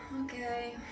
Okay